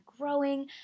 growing